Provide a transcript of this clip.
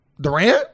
Durant